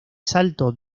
salto